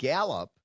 Gallup